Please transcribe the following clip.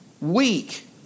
weak